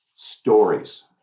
Stories